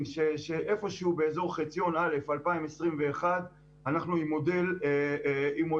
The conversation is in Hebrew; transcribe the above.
שאיפה שהוא באזור חציון א' 2021 אנחנו עם מודל תקין,